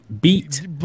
beat